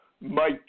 Mike